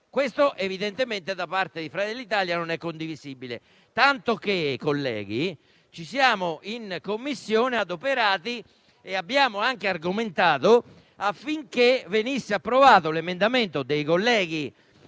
Evidentemente, da parte di Fratelli dell'Italia questo non è condivisibile, tanto che, colleghi, in Commissione ci siamo adoperati e abbiamo anche argomentato affinché venisse approvato l'emendamento dei colleghi